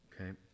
Okay